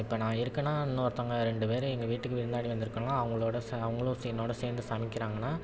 இப்போ நான் இருக்கேன்னால் இன்னொருத்தங்க ரெண்டு பேர் எங்கள் வீட்டுக்கு விருந்தாளி வந்திருக்கெல்லாம் அவங்களோட ச அவங்களும் சே என்னோடய சேர்ந்து சமைக்கிறாங்கன்னால்